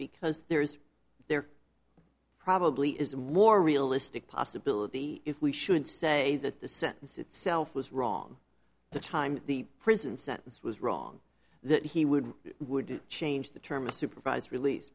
because there is there probably is more realistic possibility if we should say that the sentence itself was wrong the time the prison sentence was wrong that he would change the term supervised release